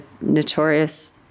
notorious